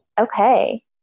Okay